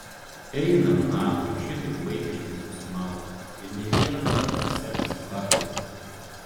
eina nachui šitaip vaikiškai susimaut ir ne vieną kartą setas prapistas